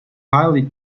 highly